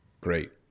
great